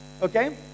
okay